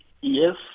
yes